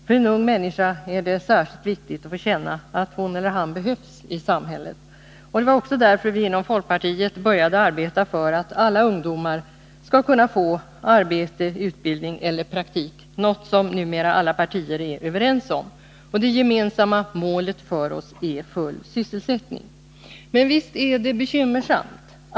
För en ung människa är det särskilt viktigt att få känna att hon/han behövs i samhället. Det var också därför vi inom folkpartiet började arbeta för att alla ungdomar skall kunna få arbete, utbildning eller praktik, något som numera alla partier är överens om. Det gemensamma målet är full sysselsättning. Men visst är det bekymmersamt.